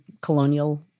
colonial